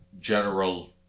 general